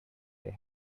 they